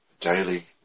daily